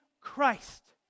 Christ